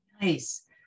Nice